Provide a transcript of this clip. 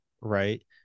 right